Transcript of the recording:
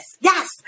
Yes